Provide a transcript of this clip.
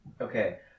Okay